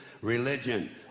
religion